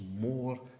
more